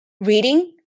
reading